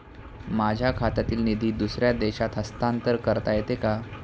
माझ्या खात्यातील निधी दुसऱ्या देशात हस्तांतर करता येते का?